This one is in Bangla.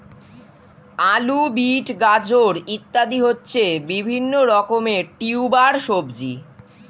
আলু, বিট, গাজর ইত্যাদি হচ্ছে বিভিন্ন রকমের টিউবার সবজি